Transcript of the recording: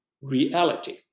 reality